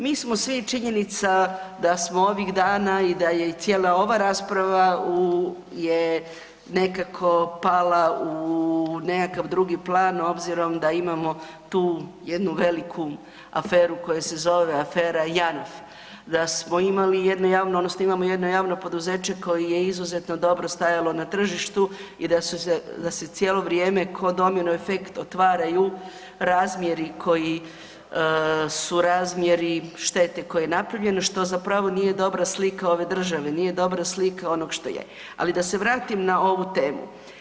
Mi smo svi, činjenica da smo ovih dana i da je i cijela ova rasprava je nekako pala u nekakav drugi plan obzirom da imamo tu jednu veliku aferu koja se zove JANAF, da smo imali jednu javnu odnosno imamo jedno poduzeće koje je izuzetno dobro stajalo na tržištu i da se cijelo vrijeme ko domino efekt otvaraju razmjeri koji su razmjeri štete koja je napravljena što zapravo nije dobra slika ove države, nije dobra slika onog što je, ali da se vratim na ovu temu.